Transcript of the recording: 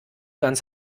ganz